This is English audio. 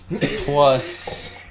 plus